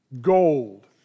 gold